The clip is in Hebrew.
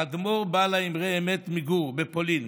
האדמו"ר בעל ה"אמרי אמת" מגור בפולין,